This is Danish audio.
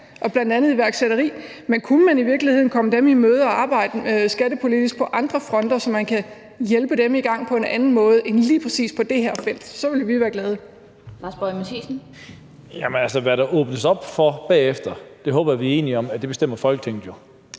bl.a. iværksætteri. Men kunne man i virkeligheden komme dem i møde og arbejde skattepolitisk på andre fronter, så man kan hjælpe dem i gang på en anden måde end lige præcis på det her felt, så ville vi være glade. Kl. 20:24 Den fg. formand (Annette Lind): Lars Boje Mathiesen. Kl.